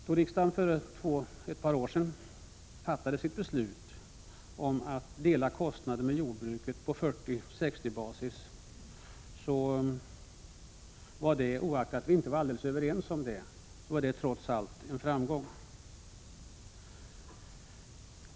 Då riksdagen för ett par år sedan fattade beslut om att staten skulle dela kostnaderna med jordbruket på 40-60-basis var det — oaktat att vi inte var helt överens om det — trots allt en framgång.